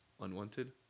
unwanted